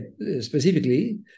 Specifically